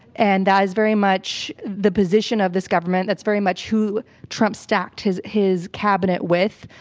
and that is very much the position of this government, that's very much who trump stacked his his cabinet with,